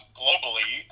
globally